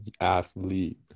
Athlete